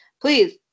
please